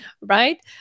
right